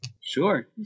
Sure